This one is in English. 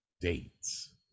dates